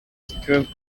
stroke